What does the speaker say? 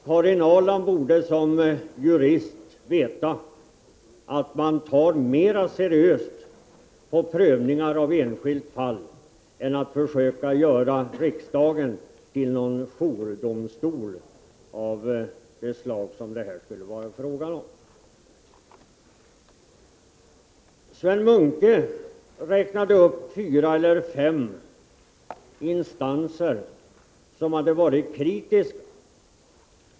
Karin Ahrland borde som jurist ta mera seriöst på prövningar av enskilda fall och inte försöka göra riksdagen till ett slags jourdomstol. Sven Munke räknade upp fyra eller fem instanser som hade varit kritiska.